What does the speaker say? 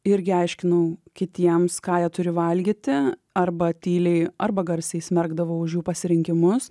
irgi aiškinau kitiems ką jie turi valgyti arba tyliai arba garsiai smerkdavo už jų pasirinkimus